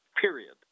period